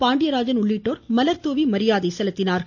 பாண்டியராஜன் உள்ளிட்டோர் மலர் தூவி மரியாதை செலுத்தினார்கள்